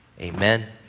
Amen